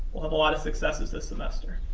we'll have a lot of successes this semester.